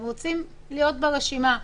הם רוצים להיות ברשימה,